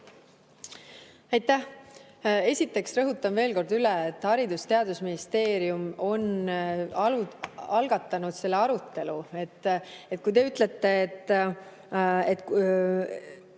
Aitäh! Esiteks rõhutan veel kord üle, et Haridus- ja Teadusministeerium on algatanud selle arutelu. Kui te ütlete, et